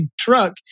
truck